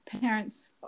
parents